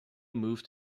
moved